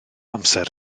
amser